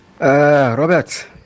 robert